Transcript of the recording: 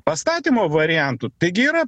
pastatymo variantų taigi yra